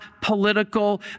political